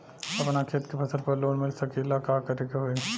अपना खेत के फसल पर लोन मिल सकीएला का करे के होई?